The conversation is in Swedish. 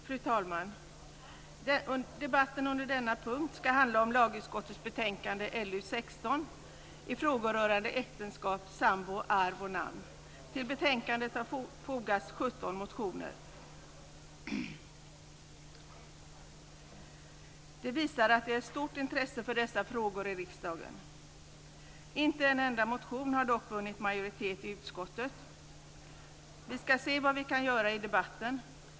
Fru talman! Debatten under denna punkt ska handla om lagutskottets betänkande LU16 i frågor rörande äktenskap, sambo, arv och namn. I betänkandet behandlas 17 motioner. Det visar att det är ett stort intresse för dessa frågor i riksdagen. Inte en enda motion har dock vunnit majoritet i utskottet. Vi ska se vad vi kan göra i debatten.